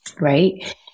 Right